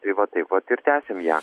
tai va taip vat ir tęsiam ją